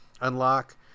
unlock